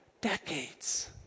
decades